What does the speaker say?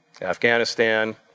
Afghanistan